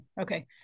Okay